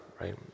right